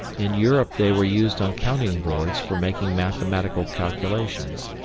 in europe they were used on counting boards for making mathematical calculations,